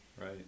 right